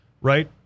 right